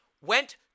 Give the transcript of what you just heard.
went